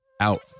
out